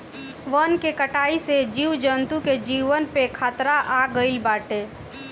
वन के कटाई से जीव जंतु के जीवन पे खतरा आगईल बाटे